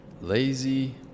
Lazy